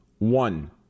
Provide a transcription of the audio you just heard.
One